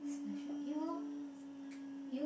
um